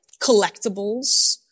collectibles